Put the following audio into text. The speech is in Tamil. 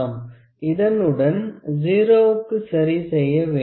இதனுடன் 0 க்கு சரி செய்ய வேண்டும்